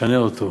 אשנה אותו.